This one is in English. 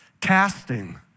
Casting